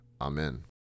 Amen